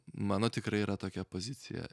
mano tikrai yra tokia pozicija